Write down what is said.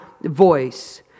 voice